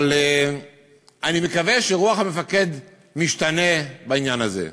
אבל אני מקווה שרוח המפקד משתנה בעניין הזה.